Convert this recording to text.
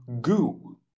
goo